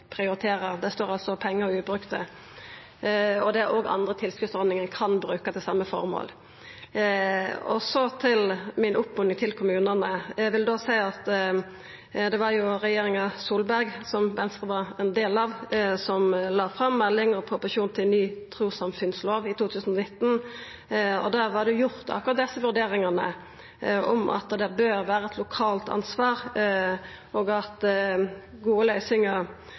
Det står altså pengar ubrukte. Det er òg andre tilskotsordningar vi kan bruka til same føremål. Til mi oppmoding til kommunane: Eg vil seia at det var regjeringa Solberg, som Venstre var ein del av, som la fram melding og proposisjon til ny trussamfunnslov i 2019. Der var akkurat desse vurderingane gjorde – om at det bør vera eit lokalt ansvar, og at gode løysingar veks fram i samarbeid på staden. Det